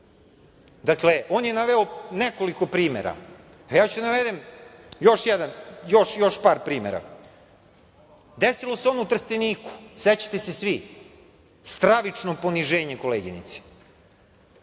Dakle, on je naveo nekoliko primera, a ja ću da navedem još par primera. Desilo se ono u Trsteniku, sećate se svi, stravično poniženje koleginice.